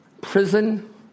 prison